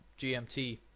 GMT